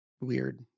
weird